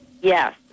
Yes